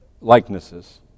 likenesses